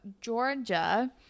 Georgia